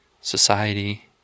society